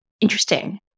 Interesting